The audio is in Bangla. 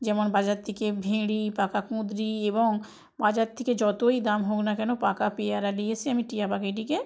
যেমন বাজার থেকে ভেঁড়ি পাকা কুঁদরি এবং বাজার থেকে যতই দাম হোক না কেন পাকা পেয়ারা নিয়ে এসে আমি টিয়া পাখিটিকে